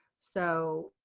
so